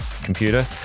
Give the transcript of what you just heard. computer